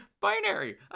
Binary